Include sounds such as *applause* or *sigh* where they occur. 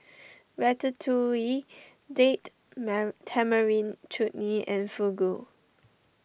*noise* Ratatouille Date Man Tamarind Chutney and Fugu